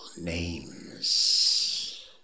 names